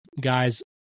guys